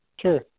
Sure